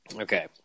Okay